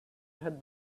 had